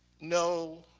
no,